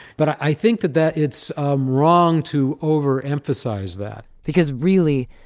but i think that that it's um wrong to overemphasize that because really,